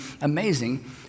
amazing